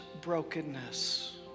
brokenness